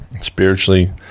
Spiritually